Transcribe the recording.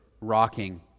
rocking